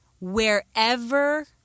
wherever